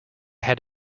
had